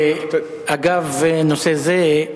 אגב נושא זה,